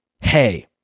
hey